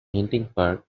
edinburgh